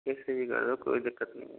कैसे भी कर दो कोई दिक्कत नहीं है